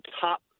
top